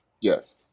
Yes